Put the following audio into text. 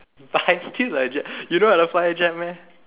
but I still like jet you know I have a flyer jet meh